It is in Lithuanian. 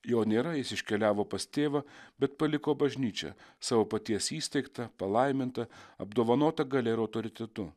jo nėra jis iškeliavo pas tėvą bet paliko bažnyčią savo paties įsteigtą palaimintą apdovanotą galia ir autoritetu